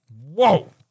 Whoa